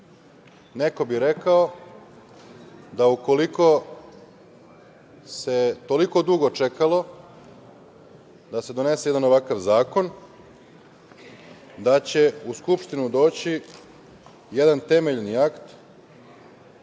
Neko bi rekao da ukoliko se toliko dugo čekalo da se donese jedan ovakav zakon, da će u Skupštinu doći jedan temeljni akt,